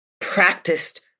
practiced